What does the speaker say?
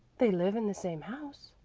they live in the same house.